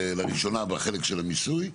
לראשונה בחלק של המיסוי.